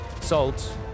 Salt